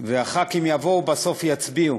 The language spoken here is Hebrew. וחברי הכנסת יבואו, בסוף יצביעו.